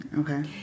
Okay